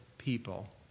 People